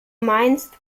meinst